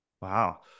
wow